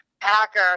Packer